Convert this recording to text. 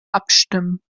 abstimmen